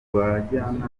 bajyanama